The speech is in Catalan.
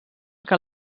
que